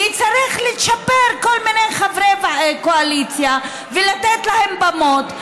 כי צריך לצ'פר כל מיני חברי קואליציה ולתת להם במות.